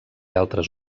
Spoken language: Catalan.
altres